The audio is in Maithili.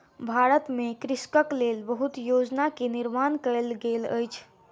भारत में कृषकक लेल बहुत योजना के निर्माण कयल गेल अछि